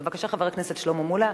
בבקשה, חבר הכנסת שלמה מולה.